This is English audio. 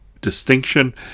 distinction